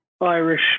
Irish